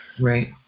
right